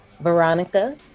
Veronica